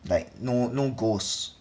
like no no goals